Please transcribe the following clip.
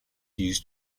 used